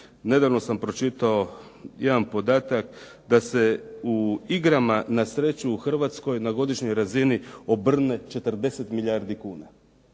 nedavno sam pročitao jedan podatak da se u igrama na sreću u Hrvatskoj na godišnjoj razini obrne 40 milijardi kuna.